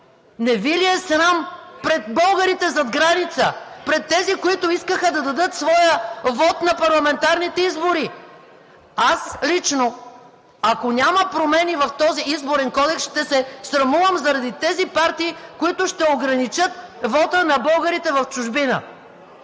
Не Ви ли е срам пред българите зад граница, пред тези, които искаха да дадат своя вот на парламентарните избори? Аз лично, ако няма промени в този Изборен кодекс, ще се срамувам заради партиите, които ще ограничат вота на българите в чужбина.